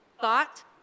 thought